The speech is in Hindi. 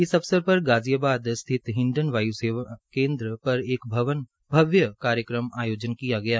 इस अवसर पर गाजियाबाद स्थित हिंडल वायुसेना केन्द्र पर भव्य कार्यक्रम का आयोजन कियागया